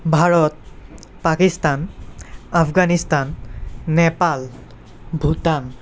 Bharat Pakistan Afghanistan Nepal Bhutan